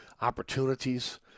opportunities